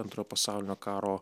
antrojo pasaulinio karo